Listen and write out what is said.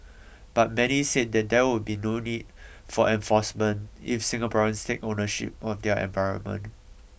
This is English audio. but many said there would be no need for enforcement if Singaporeans take ownership of their environment